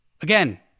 Again